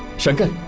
shankar?